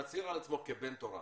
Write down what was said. מצהיר על עצמו כבן תורה,